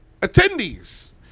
Attendees